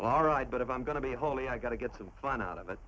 all right but if i'm going to be holy i gotta get some fun out of it